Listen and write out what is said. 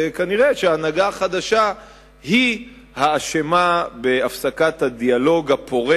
וכנראה שההנהגה החדשה היא האשמה בהפסקת הדיאלוג הפורה